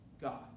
God